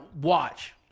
watch